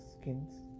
skins